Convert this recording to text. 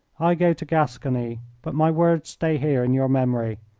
i go to gascony, but my words stay here in your memory,